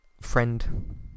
friend